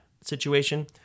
situation